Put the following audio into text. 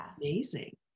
amazing